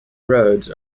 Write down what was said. roads